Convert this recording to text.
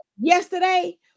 yesterday